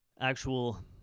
actual